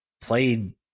played